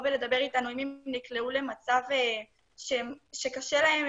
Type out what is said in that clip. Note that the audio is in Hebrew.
ולדבר איתנו אם הם נקלעו למצב שקשה להם,